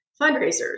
fundraisers